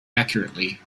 accurately